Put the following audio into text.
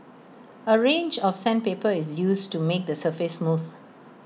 A range of sandpaper is used to make the surface smooth